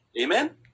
amen